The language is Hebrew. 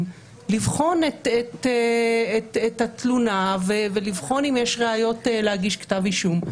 לבחון את התלונה ולבחון אם יש ראיות להגיש כתב אישום.